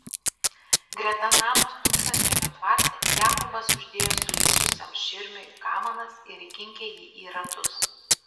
greta namo stūksančiame tvarte jakobas uždėjo sulysusiam širmiui kamanas ir įkinkė jį į ratus